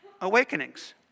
Awakenings